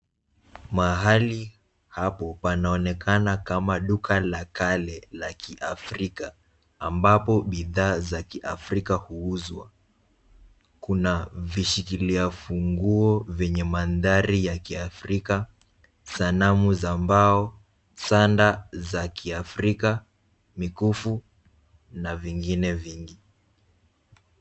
Mahali hapo panaonekana kama duka la kale la kiafrika, ambapo bidhaa za kiafrika huuzwa. Kuna vishikilia funguo vyenye mandhari ya kiafrika, sanamu za mbao, sanda za kiafrika, mikufu na vingine vingi.